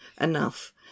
enough